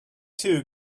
too